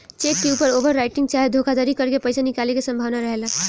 check के ऊपर overwriting चाहे धोखाधरी करके पईसा निकाले के संभावना रहेला